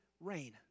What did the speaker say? rain